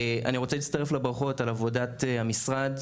אני רוצה להצטרף לברכות על עבודת המשרד,